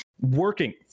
Working